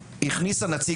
מה נעשה ומה ייעשה בעתיד.